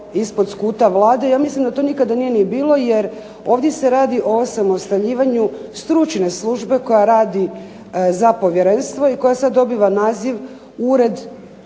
ispod skuta Vlade. Ja mislim da to nije nikada bilo jer ovdje se radi o osamostaljivanju stručne službe koja radi za povjerenstvo i koja sada dobiva naziv Ured